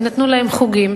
יינתנו להם חוגים,